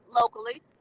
locally